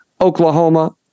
Oklahoma